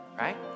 right